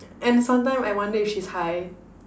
and sometime I wonder if she's high